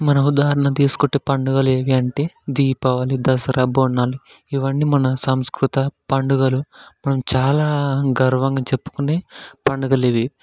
మన ఉదాహరణకు తీసుకుంటే పండుగలు ఏవి అంటే దీపావళి దసరా బోనాలు ఇవన్నీ మన సాంస్కృత పండుగలు మనం చాలా గర్వంగా చెప్పుకునే పండుగలివి